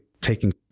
taking